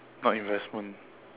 not investment